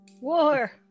War